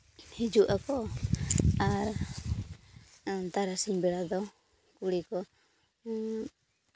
ᱦᱤᱡᱩᱜ ᱟᱠᱚ ᱟᱨ ᱛᱟᱨᱟᱥᱤᱧ ᱵᱮᱲᱟ ᱫᱚ ᱠᱩᱲᱤ ᱠᱚ